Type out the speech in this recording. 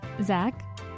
Zach